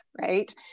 right